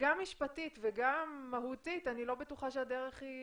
גם משפטית וגם מהותית אני לא בטוחה שהדרך היא